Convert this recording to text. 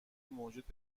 موجود